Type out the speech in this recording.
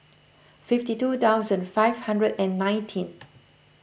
fifty two thousand five hundred and nineteen